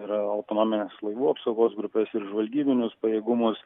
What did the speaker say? ir autonomines laivų apsaugos grupes ir žvalgybinius pajėgumus